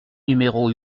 numéro